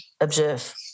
observe